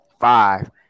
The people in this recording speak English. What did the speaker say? five